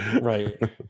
Right